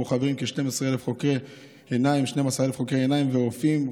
שבו חברים כ-12,000 חוקרי עיניים ורופאים חוקרים,